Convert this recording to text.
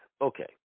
okay